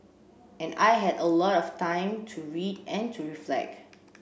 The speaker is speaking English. and I had a lot of time to read and to reflect